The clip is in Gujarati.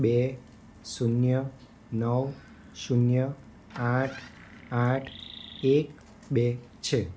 બે શૂન્ય નવ શૂન્ય આઠ આઠ એક બે છે